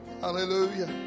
Hallelujah